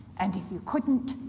and if you couldn't,